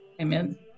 Amen